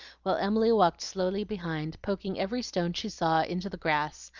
while emily walked slowly behind, poking every stone she saw into the grass,